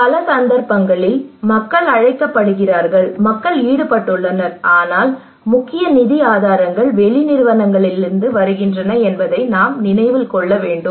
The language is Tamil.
பல சந்தர்ப்பங்களில் மக்கள் அழைக்கப்படுகிறார்கள் மக்கள் ஈடுபட்டுள்ளனர் ஆனால் முக்கிய நிதி ஆதாரங்கள் வெளி நிறுவனங்களிலிருந்து வருகின்றன என்பதை நாம் நினைவில் கொள்ள வேண்டும்